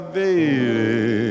baby